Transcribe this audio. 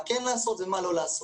מה כן לעשות ומה לא לעשות.